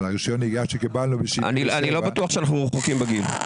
אני לא בטוח שאנחנו רחוקים בגיל.